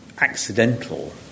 accidental